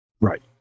Right